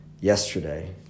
yesterday